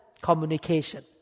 communication